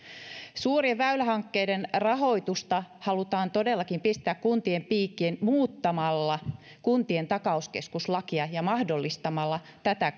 suurien väylähankkeiden rahoitusta halutaan todellakin pistää kuntien piikkiin muuttamalla kuntien takauskeskus lakia ja mahdollistamalla tätä